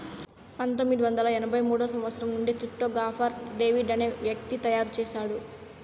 పంతొమ్మిది వందల ఎనభై మూడో సంవచ్చరం నుండి క్రిప్టో గాఫర్ డేవిడ్ అనే వ్యక్తి తయారు చేసాడు